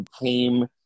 came